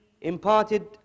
imparted